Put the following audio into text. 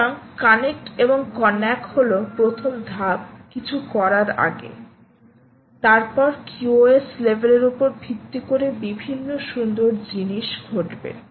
সুতরাংকানেক্ট এবং কন্নাক হল প্রথম ধাপ কিছু করার আগে তারপর QoS লেভেল এর উপর ভিত্তি করে বিভিন্ন সুন্দর জিনিস ঘটবে